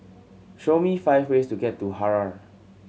show me five ways to get to Harare